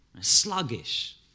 sluggish